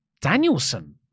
Danielson